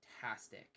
fantastic